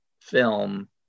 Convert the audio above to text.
film